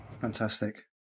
Fantastic